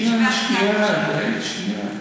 שנייה, שנייה.